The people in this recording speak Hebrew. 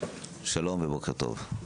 שלום ובוקר טוב.